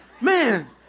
man